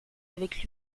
avec